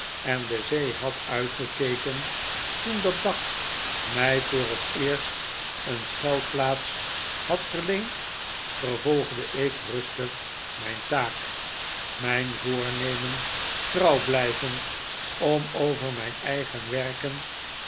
en de zee had uitgekeken toen dat dak mij voor het eerst een schuilplaats had verleend vervolgde ik rustig mijn taak mijn voornemen trouw blijvend om over mijn eigen werken